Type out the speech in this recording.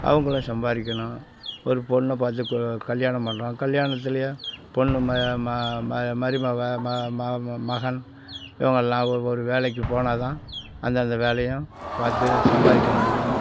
அவங்களும் சம்பாதிக்கணும் ஒரு பொண்ணை பார்த்து கல்யாணம் பண்ணுறோம் கல்யாணத்துலேயும் பொண்ணு மருமக மகன் இவங்க எல்லோரும் ஒரு வேலைக்கு போனால் தான் அந்தந்த வேலையும் பார்த்து சம்பாதிக்க முடியும்